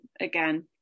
again